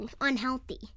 unhealthy